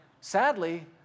Sadly